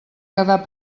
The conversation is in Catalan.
quedar